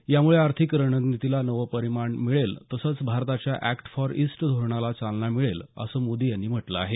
यामुळे आर्थिक रणनीतीला नवं परिमाण मिळेल तसंच भारताच्या एक्ट फार इस्ट धोरणाला चालना मिळेल असं मोदी यांनी म्हटलं आहे